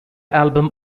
album